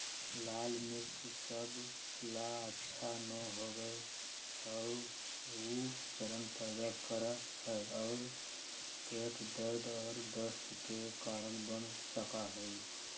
लाल मिर्च सब ला अच्छा न होबा हई ऊ जलन पैदा करा हई और पेट दर्द और दस्त के कारण बन सका हई